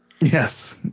yes